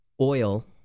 oil